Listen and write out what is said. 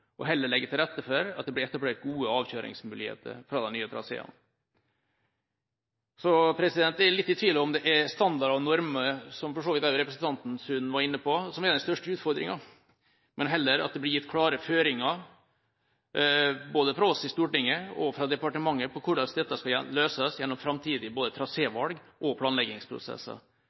heller legge til rette for at det blir etablert gode avkjøringsmuligheter fra de nye traseene. Så jeg er litt i tvil om det er standarder og normer, som for så vidt også representanten Sund var inne på, som er den største utfordringa, men heller om det blir gitt klare føringer både fra oss i Stortinget og fra departementet på hvordan dette skal løses gjennom framtidige både trasévalg og